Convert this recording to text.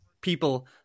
people